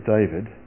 David